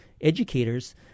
educators